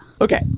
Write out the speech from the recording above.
Okay